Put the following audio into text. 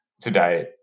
today